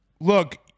Look